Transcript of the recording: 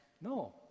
No